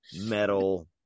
metal